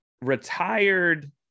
retired